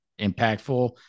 impactful